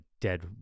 dead